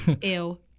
ew